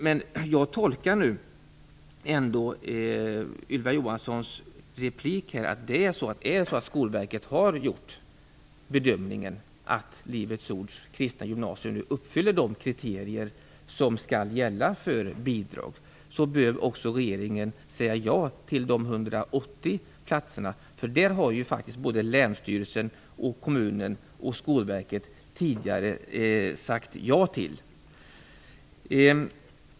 Men jag tolkar ändå Ylva Johanssons replik på det sättet, att om Skolverket har gjort bedömningen att Livets Ords Kristna Gymnasium uppfyller de kriterier som skall gälla för bidrag, bör också regeringen säga ja till de 180 platserna, för dem har faktiskt länsstyrelsen, kommunen och Skolverket tidigare sagt ja till.